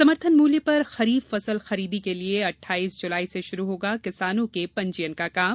समर्थन मूल्य पर खरीफ फसल खरीदी के लिये अट्ठाईस जुलाई से शुरू होगा किसानों के पंजीयन का काम